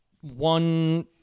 one